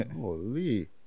holy